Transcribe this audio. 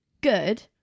good